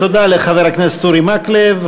תודה לחבר הכנסת אורי מקלב.